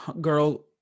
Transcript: Girl